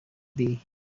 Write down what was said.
day